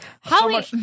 Holly